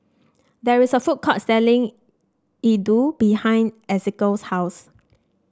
there is a food court selling Iaddu behind Ezequiel's house